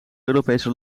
europese